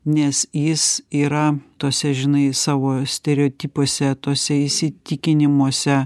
nes jis yra tuose žinai savo stereotipuose tuose įsitikinimuose